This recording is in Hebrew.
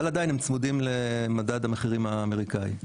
אבל עדיין הם צמודים למדד המחירים האמריקאי.